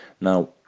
Now